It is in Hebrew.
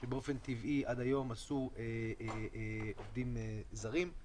שבאופן טבעי נעשו עד היום על-ידי עובדים זרים.